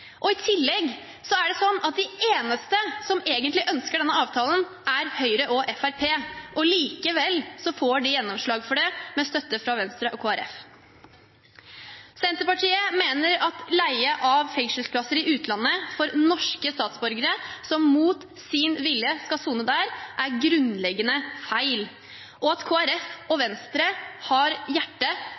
tillegg er det slik at de eneste som egentlig ønsker denne avtalen, er Høyre og Fremskrittspartiet. Likevel får de gjennomslag for det, med støtte fra Venstre og Kristelig Folkeparti. Senterpartiet mener at det å leie fengselsplasser i utlandet for norske statsborgere som mot sin vilje skal sone der, er grunnleggende feil, og at Kristelig Folkeparti og Venstre har